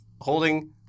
holding